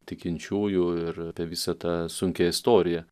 tikinčiųjų ir apie visą tą sunkią istoriją